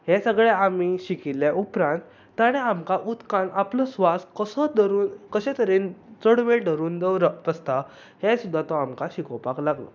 हें सगलें आमी शिकिल्ल्या उपरांत ताणें आमकां उदकांत आपलो स्वास कसो धरून कशें तरेन चड वेळ धरून दवरप आसता हें सुद्दां तो आमकां शिकोवपाक लागलो